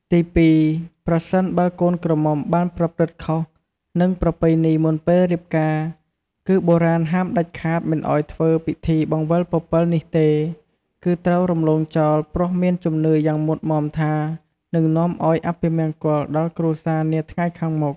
ទីពីរ ប្រសិនបើកូនក្រមុំបានប្រព្រឹត្តខុស នឹងប្រពៃណីមុនពេលរៀបការ គឺបុរាណហាមដាច់ខាតមិនឱ្យធ្វើ ពិធីបង្វិលពពិលនេះទេ គឺត្រូវរំលងចោលព្រោះមានជំនឿយ៉ាងមុតមាំថានឹងនាំឱ្យអពមង្គលដល់គ្រួសារនាថ្ងៃខាងមុខ ។